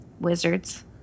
wizards